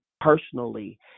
personally